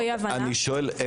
שואל,